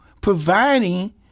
providing